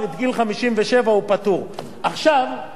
עכשיו, אם יבוא אלוף בצה"ל